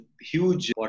huge